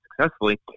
successfully